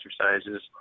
exercises